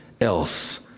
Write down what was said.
else